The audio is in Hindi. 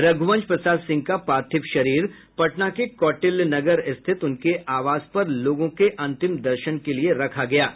रघुवंश प्रसाद सिंक का पार्थिव शरीर उनके पटना के कौटिल्यनगर स्थित उनके आवास पर लोगों के अंतिम दर्शन के लिए रखा गया है